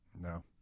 No